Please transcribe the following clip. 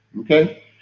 Okay